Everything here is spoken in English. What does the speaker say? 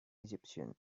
egyptian